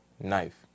knife